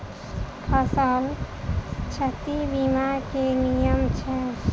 फसल क्षति बीमा केँ की नियम छै?